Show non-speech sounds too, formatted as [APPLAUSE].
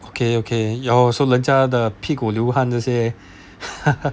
okay okay your so 人家的屁股流汗这些 [LAUGHS]